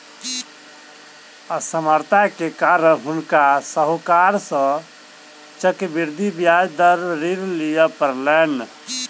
असमर्थता के कारण हुनका साहूकार सॅ चक्रवृद्धि ब्याज दर पर ऋण लिअ पड़लैन